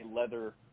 leather